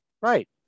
Right